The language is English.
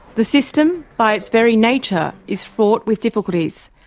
the system, by its very nature, is fraught with difficulties,